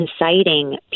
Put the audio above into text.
inciting